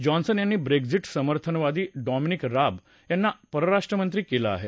Johnson यांनी Brexit समर्थनवादी Dominic Raab यांना परराष्ट्रमंत्री केलं आहे